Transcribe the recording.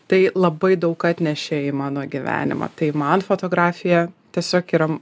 tai labai daug atnešė į mano gyvenimą tai man fotografija tiesiog yra